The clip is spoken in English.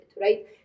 right